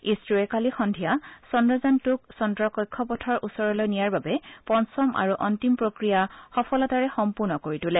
ইছৰোৱে কালি সদ্ধিয়া চন্দ্ৰযান টুক চন্দ্ৰৰ কক্ষপথৰ ওচৰলৈ নিয়াৰ বাবে পঞ্চম আৰু অন্তিম প্ৰক্ৰিয়া সফলতাৰে সম্পূৰ্ণ কৰি তোলে